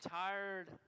tired